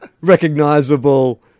recognizable